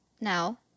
Now